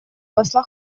посла